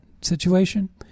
situation